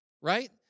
right